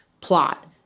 plot